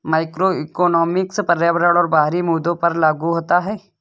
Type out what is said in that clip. macroeconomics पर्यावरण और बाहरी मुद्दों पर लागू होता है